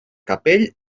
capell